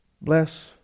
bless